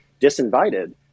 disinvited